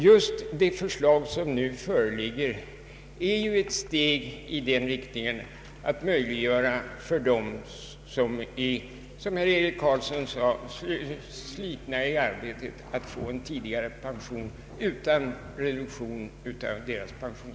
Just det förslag som nu föreligger innebär ju ett steg i riktning mot att möjliggöra för dem som — vilket herr Eric Carlsson sade — slitits ut i arbetet att få en